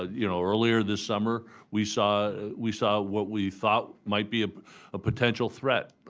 ah you know, earlier this summer, we saw we saw what we thought might be a ah potential threat,